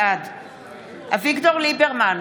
בעד אביגדור ליברמן,